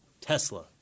Tesla